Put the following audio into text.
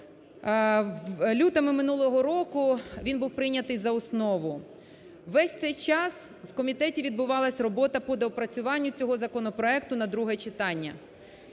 В лютому минулого року він був прийнятий за основу. Весь цей час в комітеті відбувалась робота по доопрацюванню цього законопроекту на друге читання.